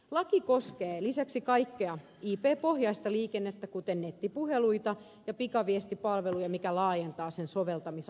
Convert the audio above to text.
laki koskee lisäksi kaikkea ip pohjaista liikennettä kuten nettipuheluita ja pikaviestipalveluja mikä laajentaa sen soveltamisaluetta